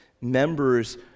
members